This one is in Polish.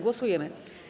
Głosujemy.